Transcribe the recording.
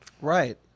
Right